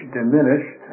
diminished